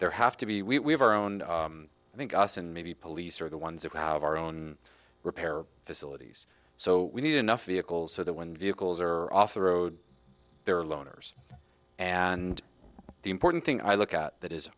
there have to be we have our own i think us and maybe police are the ones that have our own repair facilities so we need enough vehicles so that when vehicles are off the road they're loners and the important thing i look at that is